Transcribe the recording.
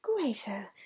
greater